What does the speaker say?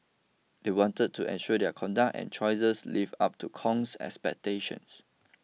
they wanted to ensure their conduct and choices lived up to Kong's expectations